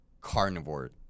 carnivore